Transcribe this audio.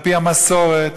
על-פי המסורת,